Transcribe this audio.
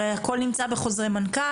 הרי הכל נמצא בחוזרי מנכ"ל,